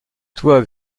toi